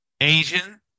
Asian